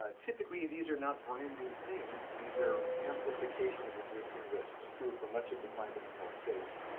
ah typically these are not brand new things, these are amplification of existing risks. true for much of the climate and health space.